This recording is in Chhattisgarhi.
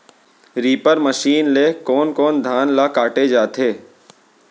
रीपर मशीन ले कोन कोन धान ल काटे जाथे?